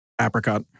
Apricot